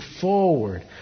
forward